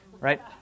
Right